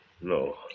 No